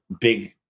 big